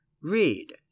read